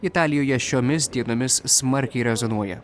italijoje šiomis dienomis smarkiai rezonuoja